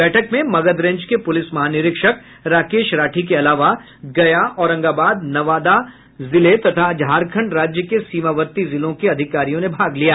बैठक में मगध रेंज के पुलिस महानिरीक्षक राकेश राठी के अलावा गया औरंगाबाद नवादा जिले तथा झारखंड राज्य के सीमावर्ती जिलों के अधिकारियों ने भाग लिया